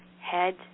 Head